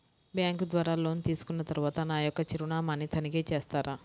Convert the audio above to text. Bank ద్వారా loan తీసుకున్న తరువాత నా యొక్క చిరునామాని తనిఖీ చేస్తారా?